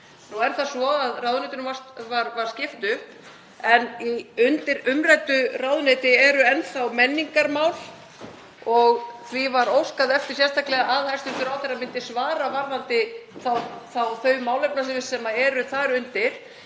Nú er það svo að ráðuneytinu var skipt upp en undir umræddu ráðuneyti eru enn þá menningarmál og því var óskað eftir því sérstaklega að hæstv. ráðherra myndi svara varðandi þau málefnasvið sem eru þar undir.